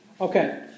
Okay